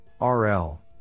RL